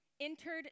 entered